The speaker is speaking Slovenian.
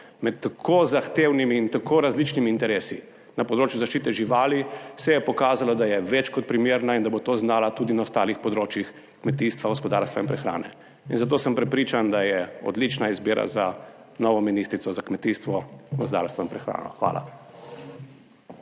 med tako zahtevnimi in tako različnimi interesi na področju zaščite živali, se je pokazalo, da je več kot primerna in da bo to znala tudi na ostalih področjih kmetijstva, gospodarstva in prehrane. In zato sem prepričan, da je odlična izbira za novo ministrico za kmetijstvo, gozdarstvo in prehrano. Hvala.